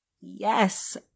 Yes